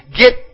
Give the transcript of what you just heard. get